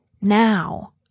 now